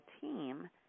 team